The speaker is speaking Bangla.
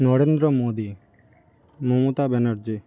নরেন্দ্র মোদী মমতা ব্যানার্জি